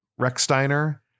Recksteiner